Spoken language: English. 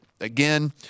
again